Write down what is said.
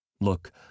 Look